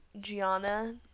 Gianna